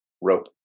rope